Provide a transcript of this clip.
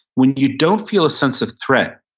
when you don't feel a sense of threat,